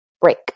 break